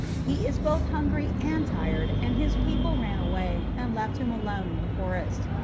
he is both hungry and tired, and his people ran away and left him alone in the forest.